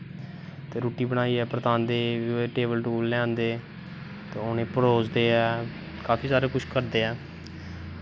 ते रुट्टी बनाईयै पड़कांदे टेवल टूवल लेआंदे ते उनेंगी परोसदे ऐं काफी सारा कुश करदे ऐं